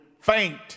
faint